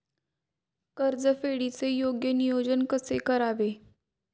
कर्जाच्या परतफेडीचे योग्य नियोजन कसे करावे?